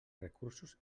recursos